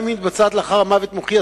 גם אם היא מתבצעת לאחר המוות המוחי,